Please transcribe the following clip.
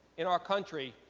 in our country,